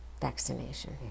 vaccination